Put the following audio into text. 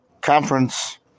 conference